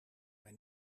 mij